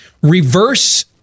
Reverse